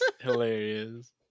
hilarious